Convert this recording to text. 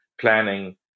planning